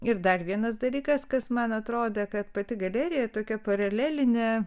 ir dar vienas dalykas kas man atrodė kad pati galerija tokia paralelinė